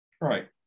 right